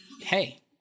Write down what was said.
hey